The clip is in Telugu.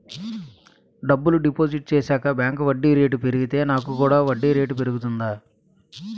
డబ్బులు డిపాజిట్ చేశాక బ్యాంక్ వడ్డీ రేటు పెరిగితే నాకు కూడా వడ్డీ రేటు పెరుగుతుందా?